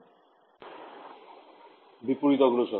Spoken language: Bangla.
ছাত্র ছাত্রী ঃ বিপরীতগ্রসর